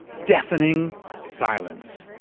deafening silence.